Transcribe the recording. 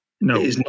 No